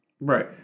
Right